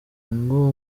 ngo